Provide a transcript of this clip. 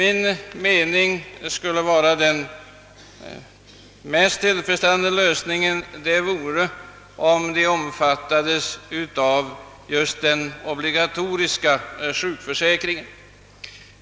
Men den enligt min mening mest tillfredsställande lösningen vore att studenterna omfattades av den obligatoriska sjukförsäkringen.